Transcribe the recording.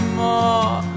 more